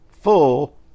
full